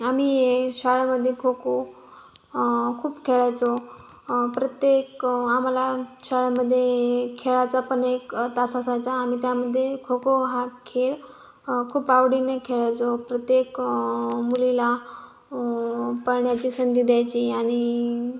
आम्ही शाळेमध्ये खो खो खूप खेळायचो प्रत्येक आम्हाला शाळेमध्ये खेळाचा पण एक तास असायचा आम्ही त्यामध्ये खो खो हा खेळ खूप आवडीने खेळायचो प्रत्येक मुलीला पळण्याची संधी द्यायची आणि